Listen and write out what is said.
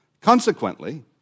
Consequently